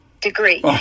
degree